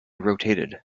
rotated